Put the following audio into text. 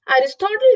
Aristotle